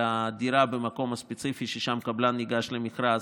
הדירה במקום הספציפי ששם קבלן ניגש למכרז,